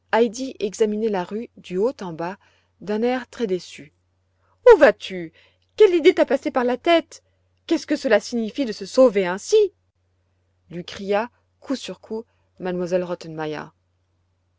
examinait la rue du haut en bas d'un air très deçu où vas-tu quelle idée t'a passé par la tête qu'est-ce que cela signifie de se sauver ainsi ui cria coup sur coup m